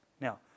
Now